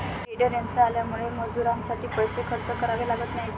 tedder यंत्र आल्यामुळे मजुरीसाठी पैसे खर्च करावे लागत नाहीत